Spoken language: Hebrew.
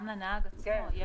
גם לנהג עצמו.